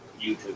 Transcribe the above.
YouTube